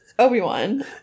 obi-wan